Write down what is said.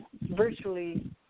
virtually